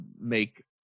make